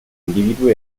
individui